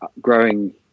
growing